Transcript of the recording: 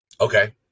Okay